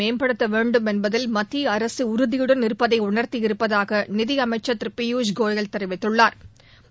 மேம்படுத்த வேண்டும் என்பதில் மத்திய அரசு உறுதியுடன் இருப்பதை உணர்த்தியிருப்பதாக நிதி அமைச்ச் திரு பியூஷ் கோயல் தெரிவித்துள்ளாா்